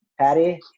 Patty